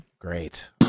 great